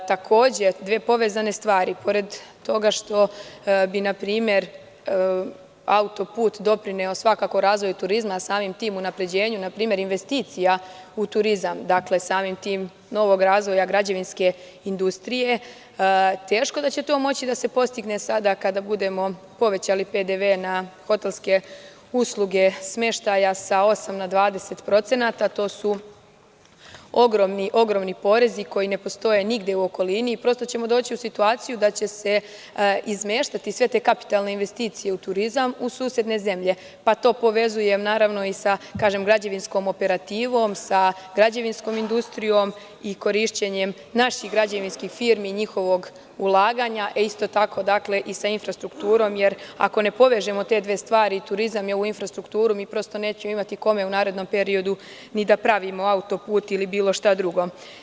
Takođe dve povezane stvari, pored toga što bi npr. auto-put doprineo svakako razvoju turizma, a samim tim unapređenju investicija u turizam, novog razvoja građevinske industrije, teško da će to moći da se postigne sada kada budemo povećali PDV na hotelske usluge smeštaja sa 8% na 20%, a to su ogromni porezi koji ne postoje nigde u okolini i prosto ćemo doći u situaciju da će se izmeštati sve te kapitalne investicije u turizam, u susedne zemlje, pa to povezujem, naravno i sa građevinskom operativom, sa građevinskom industrijom i korišćenjem naših građevinskih firmi i njihovog ulaganja, isto tako i sa infrastrukturom, jer ako ne povežemo te dve stvari, turizam i ovu infrastrukturu, mi prosto nećemo imati kome u narednom periodu ni da pravimo auto-put ili bilo šta drugo.